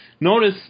Notice